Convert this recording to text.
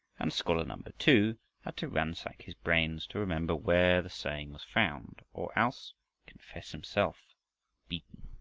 and scholar number two had to ransack his brains to remember where the saying was found, or else confess himself beaten.